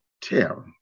tell